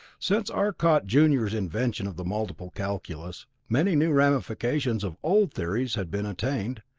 since arcot junior's invention of the multiple calculus, many new ramifications of old theories had been attained,